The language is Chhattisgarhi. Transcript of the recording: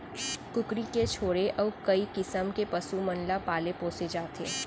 कुकरी के छोड़े अउ कई किसम के पसु मन ल पाले पोसे जाथे